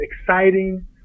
exciting